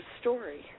story